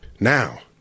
Now